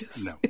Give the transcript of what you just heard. no